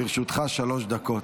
לרשותך שלוש דקות.